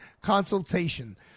consultation